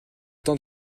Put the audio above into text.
temps